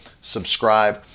Subscribe